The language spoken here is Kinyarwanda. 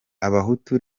abahutu